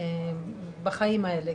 בחיים האלה,